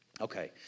Okay